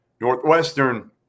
Northwestern